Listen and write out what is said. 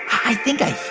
i think i